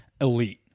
elite